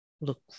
Look